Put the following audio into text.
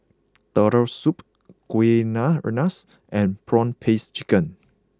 Turtle Soup Kueh Rengas and Prawn Paste Chicken